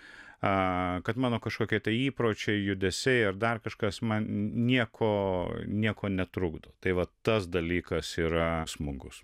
kad mano kažkokie įpročiai judesiai ar dar kažkas man nieko nieko netrukdo tai vat tas dalykas yra smagus